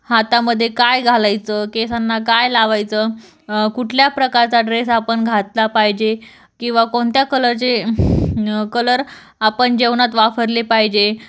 हातामध्ये काय घालायचं केसांना काय लावायचं कुठल्या प्रकारचा ड्रेस आपण घातला पाहिजे किंवा कोणत्या कलरचे कलर आपण जेवणात वापरले पाहिजे